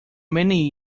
many